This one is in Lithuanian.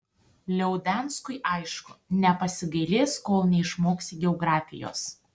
liaudanskiui aišku nepasigailės kol neišmoksi geografijos